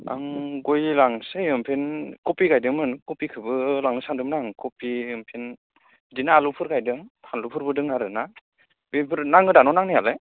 आं गय लांनोसै ओमफ्राय कबि गायदोंमोन कबिखौबो लांनो सान्दोंमोन आं कबि बिदिनो आलुफोर गायदों फानलुफोरबो दं आरो ना बेफोर नाङोदा ना नांनायालाय